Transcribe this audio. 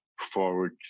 forward